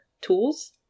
tools